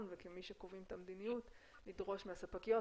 וכמי שקובעים את המדיניות לדרוש מהספקיות,